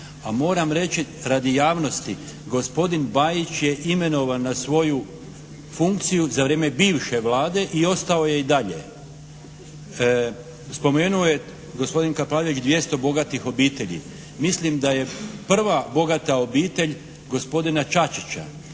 a moram reći radi javnosti gospodin Bajić je imenovan na svoju funkciju za vrijeme bivše Vlade i ostao je i dalje. Spomenuo je gospodin Kapraljević 200 bogatih obitelji. Mislim da je prva bogata obitelj gospodina Čačića